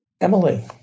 Emily